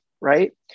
right